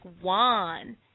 one